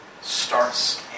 starts